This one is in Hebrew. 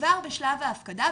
כבר בשלב ההפקדה,